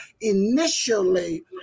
initially